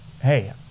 hey